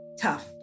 tough